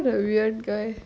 what a weird guy